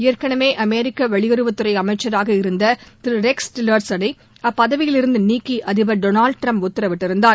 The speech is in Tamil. ஏற்கனவே அமெரிக்க வெளியுறவுத்துறை அமைச்சராக இருந்த திரு ரெக்ஸ் டில்லர்சனை அப்பதவியிலிருந்து நீக்கி அதிபர் டொனால்டு டிரம்ப் உத்தரவிட்டிருந்தார்